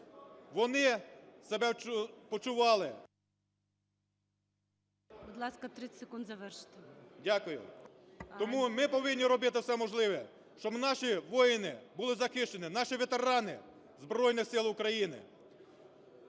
вони себе почували… ГОЛОВУЮЧИЙ. Будь ласка, 30 секунд завершити. САВКА І.І. Дякую. Тому ми повинні робити все можливе, щоби наші воїни були захищені, наші ветерани Збройних Сил України.